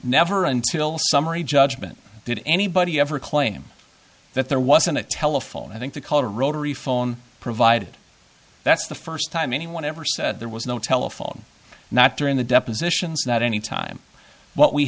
never until summary judgment did anybody ever claim that there wasn't a telephone i think the caller rotary phone provided that's the first time anyone ever said there was no telephone not during the depositions that any time what we